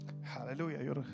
Hallelujah